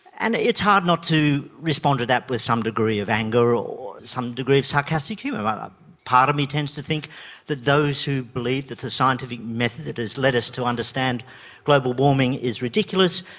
and it's hard not to respond to that with some degree of anger or some degree of sarcastic humour. but part of me tends to think that those who believe that the scientific method that has led us to understand global warming is ridiculous,